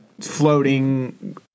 floating